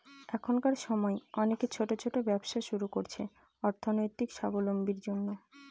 এখনকার সময় অনেকে ছোট ছোট ব্যবসা শুরু করছে অর্থনৈতিক সাবলম্বীর জন্য